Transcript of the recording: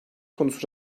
konusu